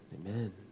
Amen